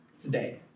today